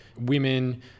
women